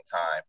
time